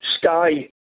Sky